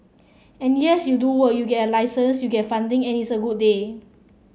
and yes you do work you get a license you get funding and it's a good day